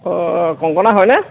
অঁ কংকনা হয়নে